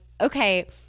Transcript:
okay